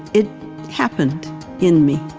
it happened in me